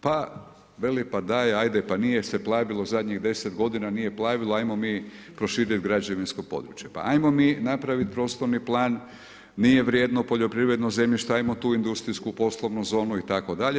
Pa, veli pa daj ajde, pa nije se plavilo zadnjih 10 godina, nije plavilo, ajmo mi proširiti građevinsko područje, pa ajmo mi napraviti prostorni plan, nije vrijedno poljoprivrednog zemljišta, ajmo tu industrijsku poslovnu zonu itd.